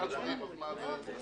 בבסיס